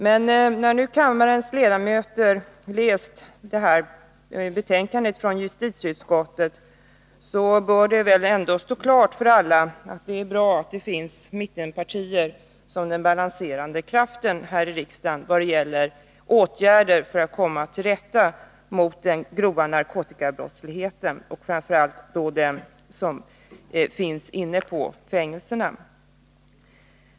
Men när kammarens ledamöter läst det här betänkandet från justitieutskottet bör det ändå stå klart att det är bra att det finns mittenpartier som den balanserande kraften här i riksdagen vad gäller åtgärder för att komma till rätta med den grova narkotikabrottsligheten och framför allt den som finns inne på fängelserna.